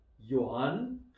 Johann